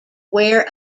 wear